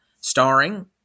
starring